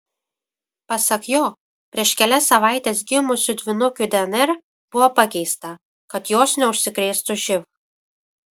pasak jo prieš kelias savaites gimusių dvynukių dnr buvo pakeista kad jos neužsikrėstų živ